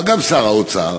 אבל גם שר האוצר.